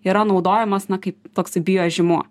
yra naudojamas kaip toks bio žymuo